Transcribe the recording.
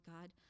God